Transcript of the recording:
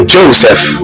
Joseph